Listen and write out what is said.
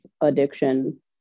addiction